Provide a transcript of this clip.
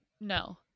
no